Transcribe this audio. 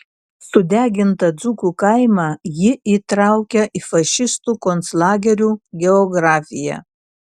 sudegintą dzūkų kaimą ji įtraukia į fašistų konclagerių geografiją